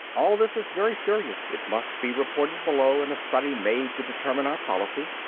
all this is very serious. it must be reported below and a study made to determine our policy.